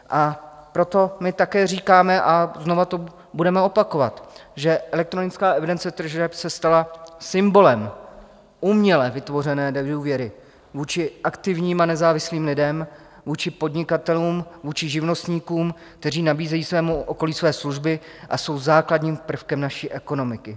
A proto my také říkáme, a znovu to budeme opakovat, že elektronická evidence tržeb se stala symbolem uměle vytvořené nedůvěry vůči aktivním a nezávislým lidem, vůči podnikatelům, vůči živnostníkům, kteří nabízejí svému okolí své služby a jsou základním prvkem naší ekonomiky.